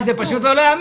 כן, זה פשוט לא להאמין.